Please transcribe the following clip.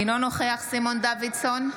אינו נוכח סימון דוידסון,